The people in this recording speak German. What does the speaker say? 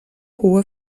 hohe